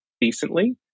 decently